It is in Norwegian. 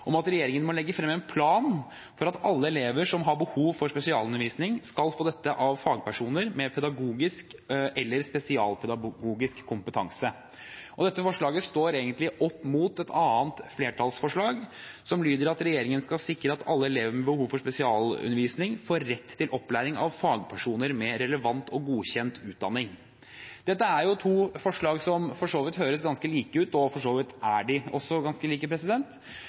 om at regjeringen må legge frem en plan for at alle elever som har behov for spesialundervisning, skal få dette av fagpersoner med pedagogisk eller spesialpedagogisk kompetanse. Dette forslaget står egentlig opp mot et annet flertallsforslag, som går ut på at regjeringen skal sikre at alle elever med behov for spesialundervisning, får rett til opplæring av fagpersoner med relevant og godkjent utdanning. Dette er to forslag som for så vidt høres ganske like ut, og for så vidt er de også ganske like.